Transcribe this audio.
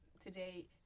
today